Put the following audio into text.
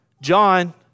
John